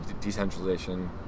decentralization